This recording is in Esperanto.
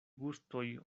gustoj